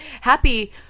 happy